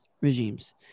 regimes